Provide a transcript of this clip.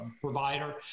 provider